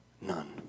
None